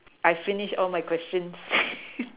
I finished all my questions